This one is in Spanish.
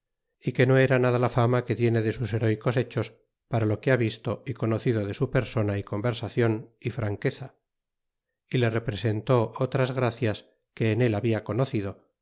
y que no era nada la fama que tiene de sus heróycos hechos para lo que ha visto y conocido de su persona y conversacion y franqueza y le representó otras gracias que en el habla conocido